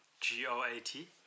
G-O-A-T